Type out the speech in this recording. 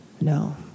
No